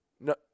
no